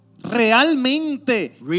Realmente